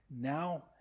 Now